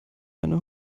eine